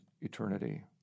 eternity